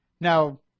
Now